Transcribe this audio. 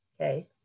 okay